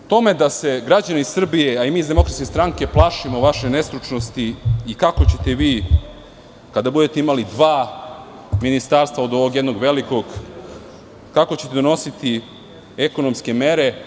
Tome da se građani Srbije, a i mi iz Demokratske stranke plašimo vaše nestručnosti i kako ćete vi kada budete imali dva ministarstva od ovog jednog velikog, kako ćete donositi ekonomske mere?